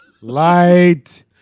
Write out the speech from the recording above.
light